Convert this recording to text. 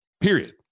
Period